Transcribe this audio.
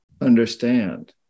understand